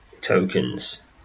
tokens